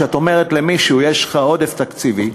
כשאת אומרת למישהו: יש לך עודף תקציבי,